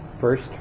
First